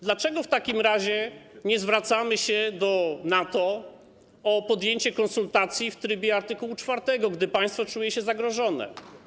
Dlaczego w takim razie nie zwracamy się do NATO o podjęcie konsultacji w trybie art. 4, gdy państwo czuje się zagrożone?